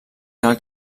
cal